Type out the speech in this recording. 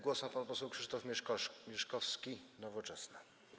Głos ma pan poseł Krzysztof Mieszkowski, Nowoczesna.